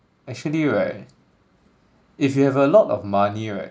actually right if you have a lot of money right